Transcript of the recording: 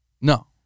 No